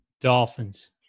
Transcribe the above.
Dolphins